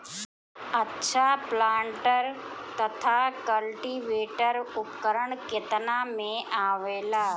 अच्छा प्लांटर तथा क्लटीवेटर उपकरण केतना में आवेला?